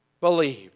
believed